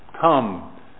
come